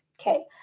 Okay